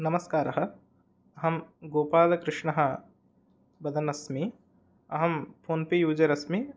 नमस्कारः अहं गोपालकृष्णः वदन् अस्मि अहं फो़न् पे यूजर् अस्मि